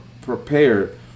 prepared